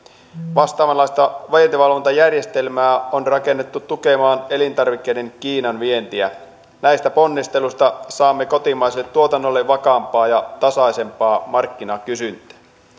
vastaavanlaista vientivalvontajärjestelmää on rakennettu tukemaan elintarvikkeiden kiinan vientiä näistä ponnisteluista saamme kotimaiselle tuotannolle vakaampaa ja tasaisempaa markkinakysyntää